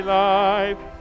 life